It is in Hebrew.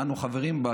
אנו חברים בה,